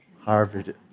Harvard